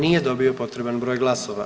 Nije dobio potreban broj glasova.